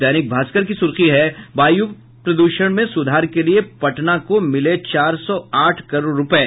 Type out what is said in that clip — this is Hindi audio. दैनिक भास्कर की सुर्खी है वायु प्रदूषण में सुधार के लिये पटना को मिले चार सौ आठ करोड़ रूपये